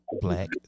Black